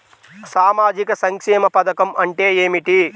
సామాజిక సంక్షేమ పథకం అంటే ఏమిటి?